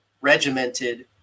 regimented